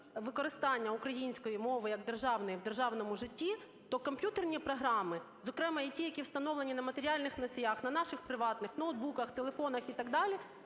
використання української мови як державної в державному житті, то комп'ютерні програми, зокрема і ті, які встановлені на матеріальних носіях, на наших приватних ноутбуках, телефонах і так далі,